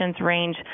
range